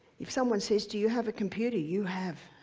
if someone says do you have a computer? you have,